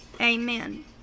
amen